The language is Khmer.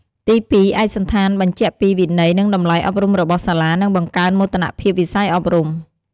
ទីពីរ ឯកសណ្ឋានបញ្ជាក់ពីវិន័យនិងតម្លៃអប់រំរបស់សាលា និងបង្កើនមោទនភាពវិស័យអប់រំ។